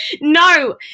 No